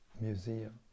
Museum